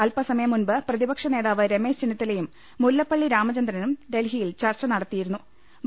അൽപിസമയം മുൻപ് പ്രതിപക്ഷനേതാവ് ര മേശ് ചെന്നിത്തലയും മുല്ലപ്പള്ളി രാമചന്ദ്രനും ഡൽഹിയിൽ ചർച്ച നടത്തിയിരു ന്നു